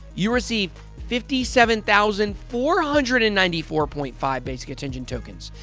you received fifty seven thousand four hundred and ninety four point five basic attention tokens.